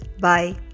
Bye